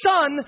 Son